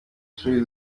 ishuri